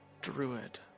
druid